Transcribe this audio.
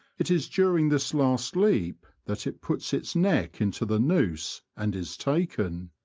it is during this last leap that it puts its neck into the noose and is taken.